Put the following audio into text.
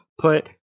put